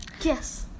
Yes